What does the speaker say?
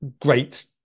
great